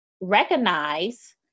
recognize